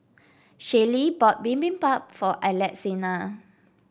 Shaylee bought Bibimbap for Alexina